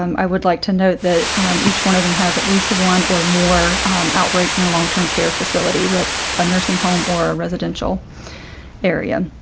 um i would like to note that each one of them has at least one or more outbreaks in a long term care facility with a nursing home or a residential area.